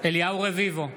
אליהו רביבו,